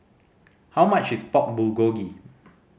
how much is Pork Bulgogi